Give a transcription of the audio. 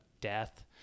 death